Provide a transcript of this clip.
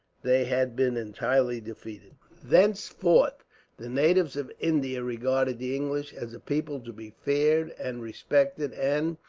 they had been entirely defeated. thenceforth the natives of india regarded the english as a people to be feared and respected and,